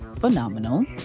phenomenal